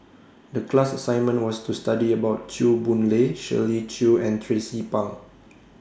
The class assignment was to study about Chew Boon Lay Shirley Chew and Tracie Pang